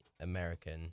American